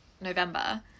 November